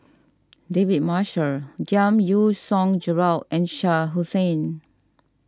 David Marshall Giam Yean Song Gerald and Shah Hussain